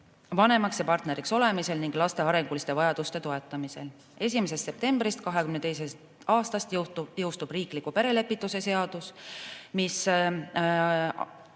vanemaks ja partneriks olemisel ning laste arenguliste vajaduste toetamisel. 1. septembril 2022. aastal jõustub riikliku perelepituse seadus.